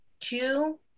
Two